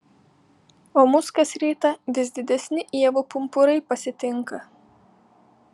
o mus kas rytą vis didesni ievų pumpurai pasitinka